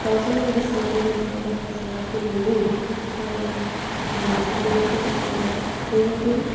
गावजों लोगोसे गुबुनखौ हेफाजाब होनायनि खाबु मोनजानायखौ एबा बेबायदि